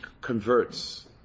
converts